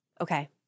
Okay